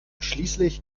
schließlich